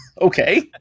Okay